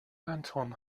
anton